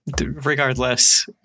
regardless